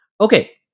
Okay